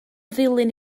ddulyn